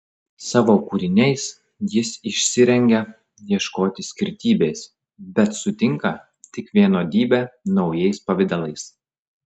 savo kūriniais jis išsirengia ieškoti skirtybės bet sutinka tik vienodybę naujais pavidalais